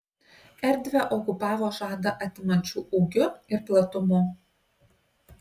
erdvę okupavo žadą atimančiu ūgiu ir platumu